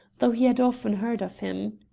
though he had often heard of him.